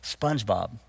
SpongeBob